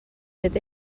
fet